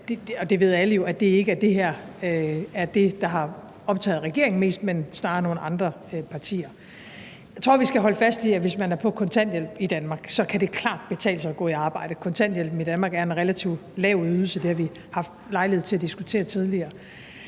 det ved alle jo – selv om det ikke er det her, der har optaget regeringen mest, men snarere nogle andre partier. Jeg tror, vi skal holde fast i, at hvis man er på kontanthjælp i Danmark, kan det klart betale sig at gå i arbejde. Kontanthjælpen i Danmark er i en relativt lav ydelse, og det har vi haft lejlighed til at diskutere tidligere.